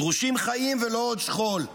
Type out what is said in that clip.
דרושים חיים ולא עוד שכול,